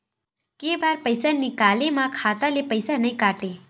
के बार पईसा निकले मा खाता ले पईसा नई काटे?